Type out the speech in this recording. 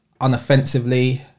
unoffensively